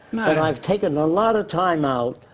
and i've taken a lot of time out.